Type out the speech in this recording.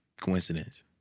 Coincidence